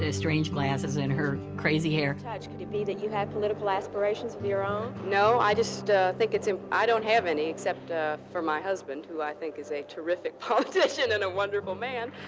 ah strange glasses, and and her crazy hair. could it be that you have political aspirations of your own? no, i just ah think it's. ah i don't have any except ah for my husband, who i think is a terrific politician and a wonderful man.